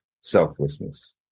selflessness